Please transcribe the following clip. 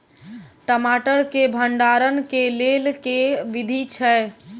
टमाटर केँ भण्डारण केँ लेल केँ विधि छैय?